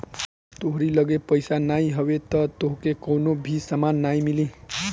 तोहरी लगे पईसा नाइ हवे तअ तोहके कवनो भी सामान नाइ मिली